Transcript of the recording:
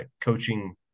coaching